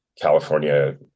California